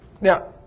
Now